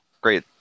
Great